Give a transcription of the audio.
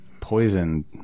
Poison